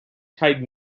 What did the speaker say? tight